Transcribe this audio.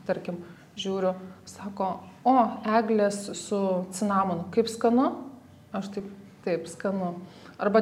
tarkim žiūriu sako o eglės su cinamonu kaip skanu aš taip taip skanu arba